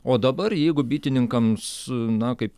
o dabar jeigu bitininkams na kaip